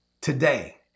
today